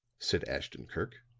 said ashton-kirk.